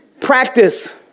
Practice